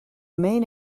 main